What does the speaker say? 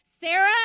Sarah